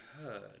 heard